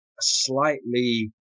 slightly